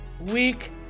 week